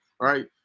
right